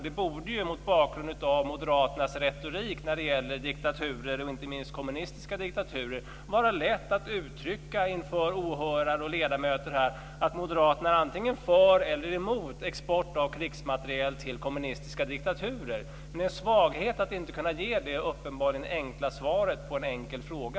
Det borde ju mot bakgrund av Moderaternas retorik när det gäller diktaturer, inte minst kommunistiska diktaturer, vara lätt att uttrycka inför åhörare och ledamöter att Moderaterna antingen är för eller emot export av krigsmateriel till kommunistiska diktaturer. Det är en svaghet att inte kunna ge det uppenbart enkla svaret på en enkel fråga.